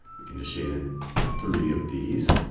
we can just shade in three of these.